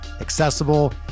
accessible